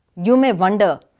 you may wonder.